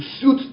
suit